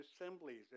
assemblies